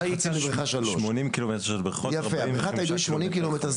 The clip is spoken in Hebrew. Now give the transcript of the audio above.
ובריכה 3. בריכת האידוי 80 קילומטר,